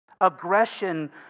Aggression